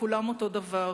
שכולם אותו הדבר,